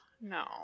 No